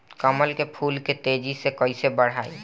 कमल के फूल के तेजी से कइसे बढ़ाई?